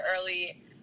early